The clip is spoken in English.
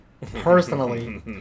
personally